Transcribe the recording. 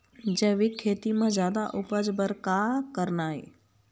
जैविक खेती म जादा उपज बर का करना ये?